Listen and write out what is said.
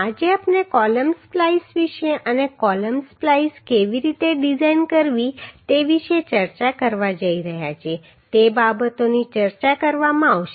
આજે આપણે column splice વિશે અને કૉલમ સ્પ્લાઈસ કેવી રીતે ડિઝાઇન કરવી તે વિશે ચર્ચા કરવા જઈ રહ્યા છીએ તે બાબતોની ચર્ચા કરવામાં આવશે